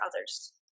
others